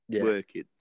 working